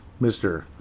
Mr